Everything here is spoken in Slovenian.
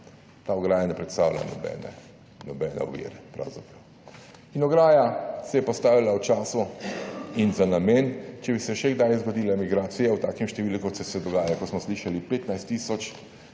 ograja ne predstavlja nobene ovire pravzaprav. In ograja se je postavila v času in za namen, če bi se še kdaj zgodile migracije v takem številu, kot so se dogajale, kot smo slišali, 15 tisoč